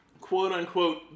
quote-unquote